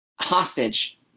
hostage